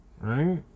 Right